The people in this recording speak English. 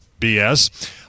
BS